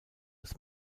als